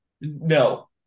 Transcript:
No